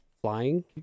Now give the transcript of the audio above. Flying